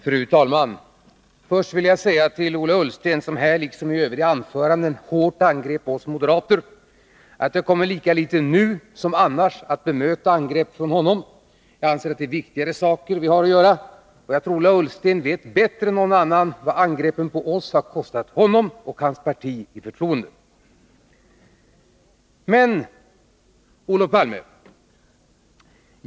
Fru talman! Först vill jag säga till Ola Ullsten, som här liksom i övriga anföranden hårt angrep oss moderater, att jag lika litet nu som annars kommer att bemöta angrepp från honom. Jag anser att vi har viktigare saker att göra. Jag tror Ola Ullsten vet bättre än någon annan vad angreppen på oss har kostat honom och hans parti i fråga om förtroende. Olof Palme!